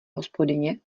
hospodyně